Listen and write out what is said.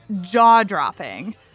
jaw-dropping